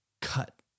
cut